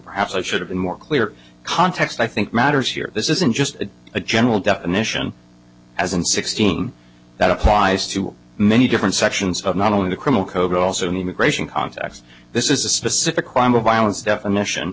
perhaps i should have been more clear context i think matters here this isn't just a general definition as in sixteen that applies to many different sections of not only the criminal code also in the immigration context this is a specific crime of violence definition